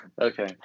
Okay